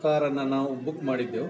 ಕಾರನ್ನು ನಾವು ಬುಕ್ ಮಾಡಿದ್ದೆವು